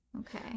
Okay